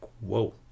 whoa